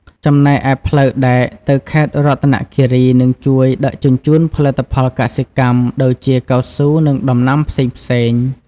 ចំណែកឯផ្លូវដែកទៅខេត្តរតនគិរីនឹងជួយដឹកជញ្ជូនផលិតផលកសិកម្មដូចជាកៅស៊ូនិងដំណាំផ្សេងៗ។